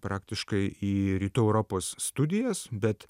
praktiškai į rytų europos studijas bet